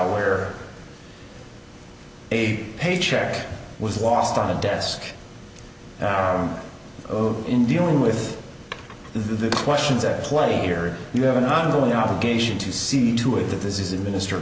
hour a paycheck was lost on a desk job in dealing with the questions at play here you have an ongoing obligation to see to it that this is a minister